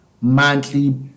monthly